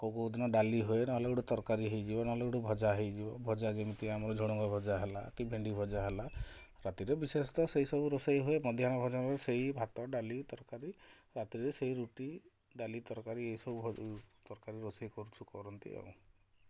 କେଉଁ କେଉଁଦିନ ଡାଲି ହୁଏ ନହେଲେ ଗୋଟେ ତରକାରୀ ହେଇଯିବ ନହେଲେ ଗୋଟେ ଭଜା ହେଇଯିବ ଭଜା ଯେମିତି ଆମର ଝୁଡ଼ଙ୍ଗ ଭଜା ହେଲା କି ଭେଣ୍ଡି ଭଜା ହେଲା ରାତିରେ ବିଶେଷ ତ ସେଇସବୁ ରୋଷେଇ ହୁଏ ମଧ୍ୟାହ୍ନ ଭୋଜନରେ ସେଇ ଭାତ ଡାଲି ତରକାରୀ ରାତିରେ ସେଇ ରୁଟି ଡାଲି ତରକାରୀ ଏଇସବୁ ତରକାରୀ ରୋଷେଇ କରୁଛୁ କରନ୍ତି ଆଉ